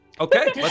Okay